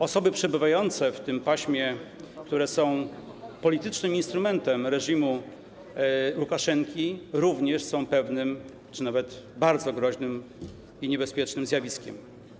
Osoby przebywające w tym paśmie, które są politycznym instrumentem reżimu Łukaszenki, również są pewnym czy nawet bardzo groźnym i niebezpiecznym zjawiskiem.